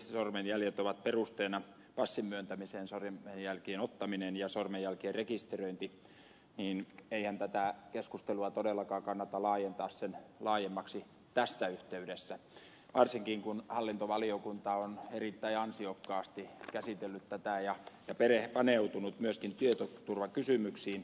sormenjäljet ovat perusteena passin myöntämiseen sormenjälkien ottaminen ja sormenjälkien rekisteröinti niin eihän tätä keskustelua todellakaan kannata laajentaa sen laajemmaksi tässä yhteydessä varsinkin kun hallintovaliokunta on erittäin ansiokkaasti käsitellyt tätä ja paneutunut myöskin tietoturvakysymyksiin